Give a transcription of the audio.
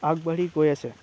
আগবাঢ়ি গৈ আছে